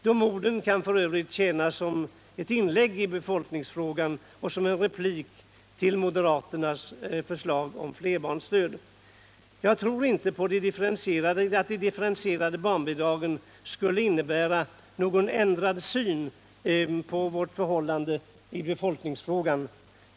De orden kan f. ö. tjäna som ett inlägg i befolkningsfrågan och som en replik till moderaternas förslag om flerbarnsstöd. Jag tror inte att de differentierade barnbidragen skulle innebära någon ändrad syn på vårt förhållande i befolkningsfrågan.